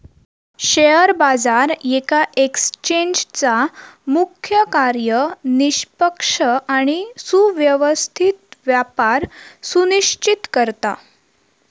share बाजार येका एक्सचेंजचा मुख्य कार्य निष्पक्ष आणि सुव्यवस्थित व्यापार सुनिश्चित करता